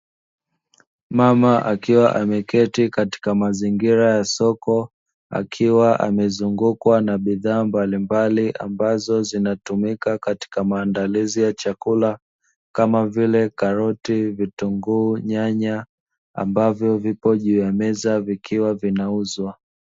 Mama akiwa ameketi katika mazingira ya soko akiwa amezungukwa na bidhaa mbalimbali ambazo zinatumika katika maandalizi ya chakula kama vile karoti, vitunguu, nyanya ambavyo vipo juu ya meza vikiwa vinauzwa.